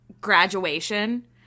graduation